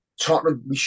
Tottenham